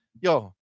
Yo